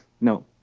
No